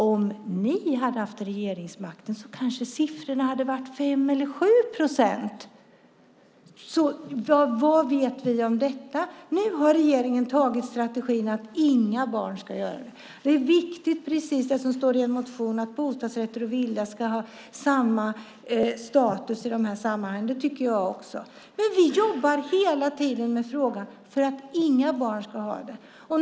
Om ni hade haft regeringsmakten hade siffrorna kanske varit 5 eller 7 procent. Vad vet vi om det? Regeringens strategi är att inga barn ska beröras av vräkningar. Och det är viktigt, som det står i en motion, att bostadsrätter och villor ska ha samma status i dessa sammanhang. Vi jobbar hela tiden med frågan för att inga barn ska beröras.